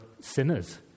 sinners